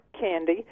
candy